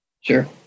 Sure